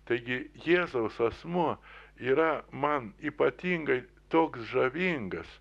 taigi jėzaus asmuo yra man ypatingai toks žavingas